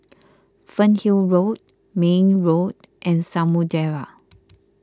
Fernhill Road May Road and Samudera